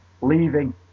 Leaving